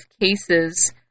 cases